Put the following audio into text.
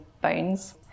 bones